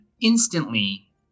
instantly